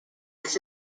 this